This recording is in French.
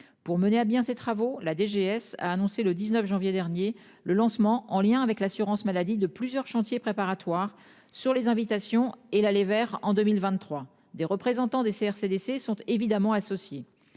pour mener à bien ses travaux la DGS a annoncé le 19 janvier dernier le lancement en lien avec l'assurance maladie de plusieurs chantiers préparatoire sur les invitations et là les Verts en 2023, des représentants des CDC sont évidemment associée